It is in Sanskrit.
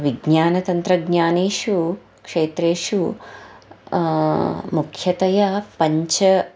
विज्ञानतन्त्रज्ञानेषु क्षेत्रेषु मुख्यतया पञ्च